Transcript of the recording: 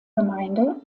gemeinde